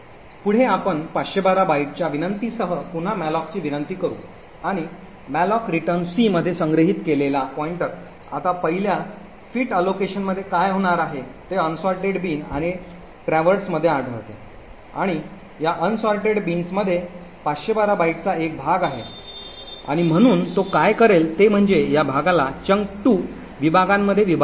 पुढे आपण 512 बाइटच्या विनंतीसह पुन्हा मॅलोकची विनंती करू आणि मॅलोक रिटर्न सी मध्ये संग्रहित केलेला पॉईंटर आता पहिल्या फिट अलोकेशनमध्ये काय होणार आहे ते अनसॉर्टर्ड बिन आणि ट्रॅव्हर्ड्समध्ये आढळते आणि या अनसॉर्टर्ड बीन्समध्ये 512 बाइटचा एक भाग आहे आणि म्हणून तो काय करेल ते म्हणजे हे भागाला 2 विभागांमध्ये विभाजित करेल